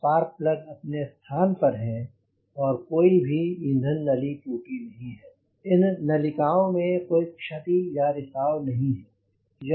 spark plugs अपने स्थान पर हैं और कोई भी ईंधन नली टूटी नहीं है इन नलिकाओं में कोई क्षति या रिसाव नहीं है